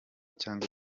cyangwa